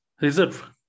reserve